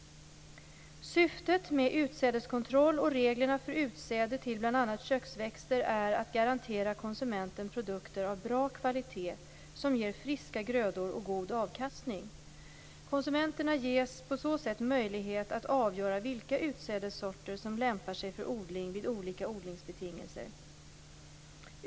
Syftet med utsädeskontroll och reglerna för utsäde till bl.a. köksväxter är att garantera konsumenten produkter av bra kvalitet som ger friska grödor och god avkastning. Konsumenterna ges på så sätt möjlighet att avgöra vilka utsädessorter som lämpar sig för odling vid olika odlingsbetingelser.